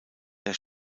der